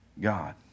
God